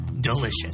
delicious